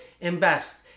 invest